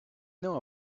know